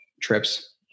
trips